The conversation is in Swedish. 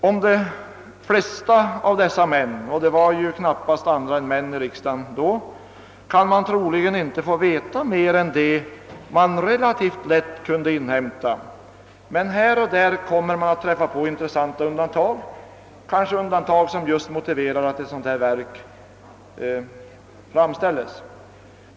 Om de flesta av dessa män — det var ju knappast andra än män i riksdagen på denna tid — kan man troligen inte få veta mer än det som relativt lätt kan inhämtas. Men här och där kommer man att träffa på intressanta undantag — undantag som just motiverar att ett sådant här verk framställes.